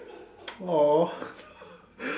!aww!